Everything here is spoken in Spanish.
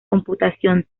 computación